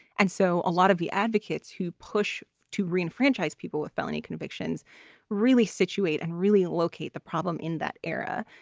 and so a lot of the advocates who push to reen franchise people with felony convictions really situate and really locate the problem in that era.